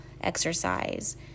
exercise